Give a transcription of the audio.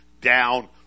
Down